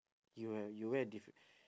you will you wear a diff~